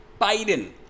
Biden